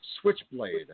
Switchblade